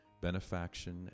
benefaction